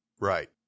Right